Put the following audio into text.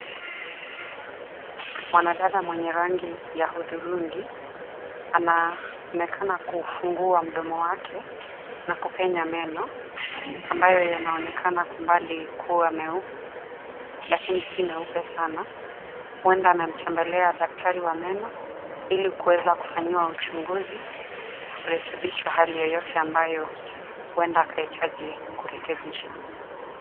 Mwanadada mwenye rangi ya hudhurungi, ana, onekana kufungua mdomo wake, na kupenya meno, ambayo yanaonekana kwa mbali kuwa meupe, lakini si meupe sana, huenda anamtembelea daktari wa meno, ili kuweza kufanyiwa uchunguzi, na kurekebisha hali yoyote ambayo, huenda akahitaji, kurekebisha.